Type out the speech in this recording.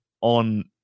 on